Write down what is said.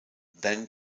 then